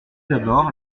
d’abord